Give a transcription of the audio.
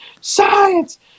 science